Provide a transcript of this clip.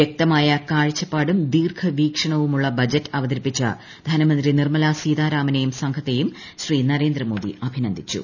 വ്യക്തമായ കാഴ്ച്ചപ്പാടും ദീർഘവീക്ഷണ്പുമുള്ള ബജറ്റ് അവതരിപ്പിച്ച ധനമന്ത്രി നിർമ്മല സീതാരാമനെയും സംഘത്തെയും ശ്രീ നരേന്ദ്രമോദി അഭിനന്ദിച്ചു